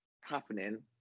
happening